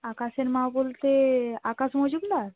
আকাশের মা বলতে আকাশ মজুমদার